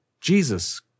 Jesus